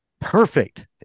perfect